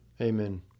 Amen